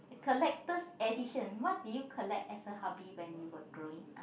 collector's edition what did you collect as a hobby when you were growing up